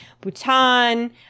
Bhutan